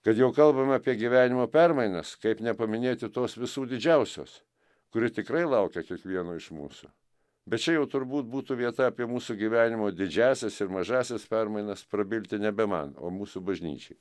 kad jau kalbam apie gyvenimo permainas kaip nepaminėti tos visų didžiausios kuri tikrai laukia kiekvieno iš mūsų bet čia jau turbūt būtų vieta apie mūsų gyvenimo didžiąsias ir mažąsias permainas prabilti nebe man o mūsų bažnyčiai